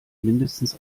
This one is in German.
mindestens